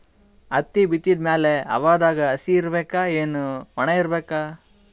ಹತ್ತಿ ಬಿತ್ತದ ಮ್ಯಾಲ ಹವಾದಾಗ ಹಸಿ ಇರಬೇಕಾ, ಏನ್ ಒಣಇರಬೇಕ?